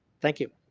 thank you.